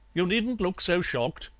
you needn't look so shocked.